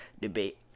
debate